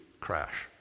crash